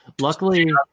luckily